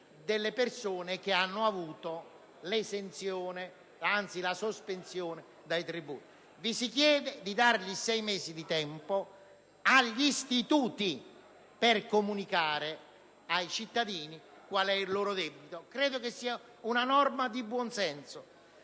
delle persone che hanno avuto la sospensione dei tributi. Vi si chiede di concedere sei mesi di tempo agli istituti per comunicare ai cittadini quale sia il loro debito. Credo sia una norma di buon senso